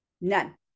None